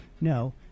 No